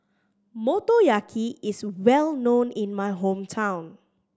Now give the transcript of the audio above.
motoyaki is well known in my hometown